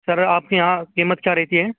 سر آپ کے یہاں قیمت کیا رہتی ہے